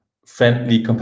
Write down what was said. Friendly